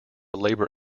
labour